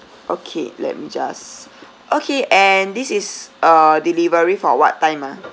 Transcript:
okay let me just okay and this is a delivery for what time ah